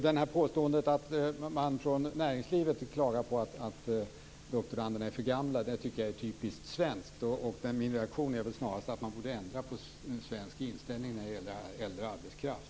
Det här påståendet att man från näringslivet klagar på att doktoranderna är för gamla tycker jag är typiskt svenskt. Min reaktion är väl snarast att man borde ändra på svensk inställning när det gäller äldre arbetskraft.